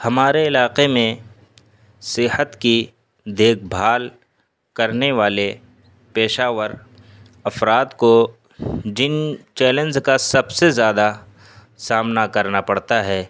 ہمارے علاقے میں صحت کی دیکھ بھال کرنے والے پیشہ ور افراد کو جن چیلنج کا سب سے زیادہ سامنا کرنا پڑتا ہے